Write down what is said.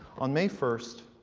on may first,